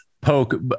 poke